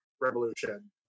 revolution